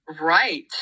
Right